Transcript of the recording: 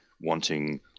wanting